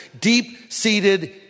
deep-seated